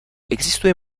existuje